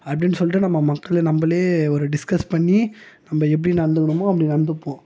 அப்படின்னு சொல்லிட்டு நம்ம மக்கள் நம்மளே ஒரு டிஸ்க்கஸ் பண்ணி நம்ம எப்படி நடந்துக்கணுமோ அப்படி நடந்துப்போம்